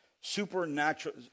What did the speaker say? supernatural